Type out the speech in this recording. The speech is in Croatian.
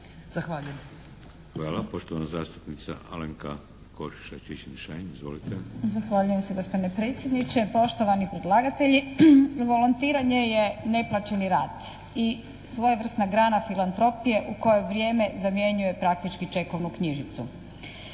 (HDZ)** Hvala. Poštovana zastupnica Alenka Košiša Čičin-Šain. Izvolite! **Košiša Čičin-Šain, Alenka (HNS)** Zahvaljujem gospodine predsjedniče, poštovani predlagatelji. Volontiranje je neplaćeni rad i svojevrsna grana filantropije u kojoj vrijeme zamjenjuje praktički čekovnu knjižicu.